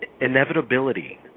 inevitability